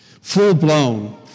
full-blown